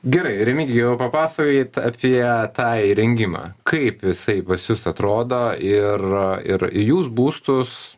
gerai remigijau papasakokit apie tą įrengimą kaip jisai pas jus atrodo ir ir jūs būstus